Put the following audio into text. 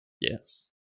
Yes